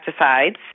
pesticides